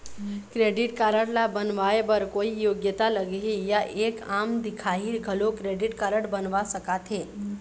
Credit card ला बनवाए बर कोई योग्यता लगही या एक आम दिखाही घलो क्रेडिट कारड बनवा सका थे?